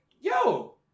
yo